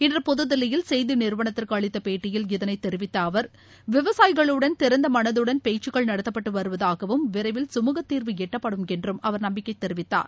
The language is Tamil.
இன்று புத்தில்லியில் செய்தி நிறுவனத்துக்கு அளித்த பேட்டியில் இதனை தெரிவித்த அள் விவசாயிகளுடன் திறந்த மனதுடன் பேச்சுக்கள் நடத்தப்பட்டு வருவதாகவும் விரைவில் சுமூகத்தீர்வு எட்டப்படும் என்றும் அவர் நம்பிக்கை தெரிவித்தார்